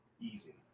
easy